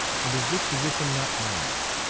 and his disposition not honorable.